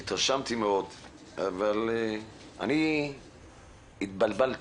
והתרשמתי מאוד אבל אני מבולבל.